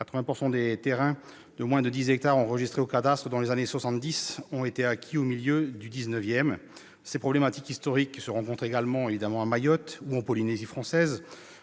80 % des terrains de moins de dix hectares enregistrés au cadastre dans les années 1970 ont été acquis au milieu du XIX siècle. Ces problématiques historiques se rencontrent également à Mayotte ou en Polynésie française,